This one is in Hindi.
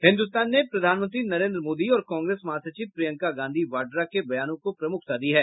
हिन्दुस्तान ने प्रधानमंत्री नरेन्द्र मोदी और कांग्रेस महासचिव प्रियंका गांधी वाड्रा के बयानों को प्रमुखता दी है